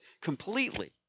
completely